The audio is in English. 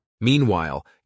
Meanwhile